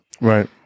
Right